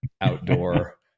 outdoor